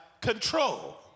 control